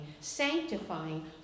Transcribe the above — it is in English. sanctifying